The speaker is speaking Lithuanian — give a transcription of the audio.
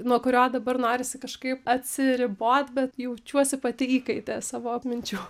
nuo kurio dabar norisi kažkaip atsiribot bet jaučiuosi pati įkaite savo minčių